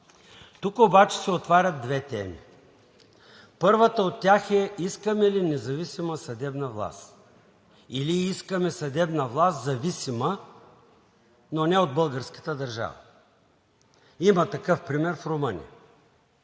Тук обаче се отварят две теми. Първата от тях е – искаме ли независима съдебна власт, или искаме зависима съдебна власт, но не от българската държава? Има такъв пример в Румъния.